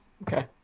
Okay